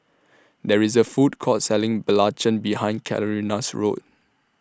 There IS A Food Court Selling Belacan behind Carina's House